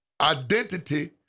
identity